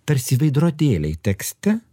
tarsi veidrodėliai tekste